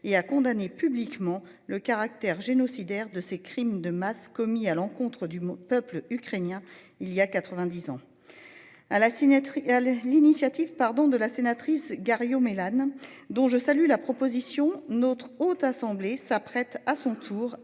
et a condamné publiquement le caractère génocidaire de ces crimes de masse commis à l'encontre du mot peuple ukrainien. Il y a 90 ans. À la signature à l'initiative, pardon de la sénatrice Gariod Mélane dont je salue la proposition, notre haute assemblée s'apprête à son tour